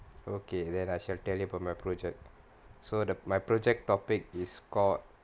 okay then I shall tell you about my project so the my project topic is called